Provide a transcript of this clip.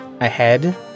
ahead